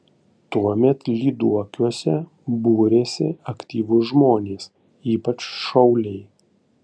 tuomet lyduokiuose būrėsi aktyvūs žmonės ypač šauliai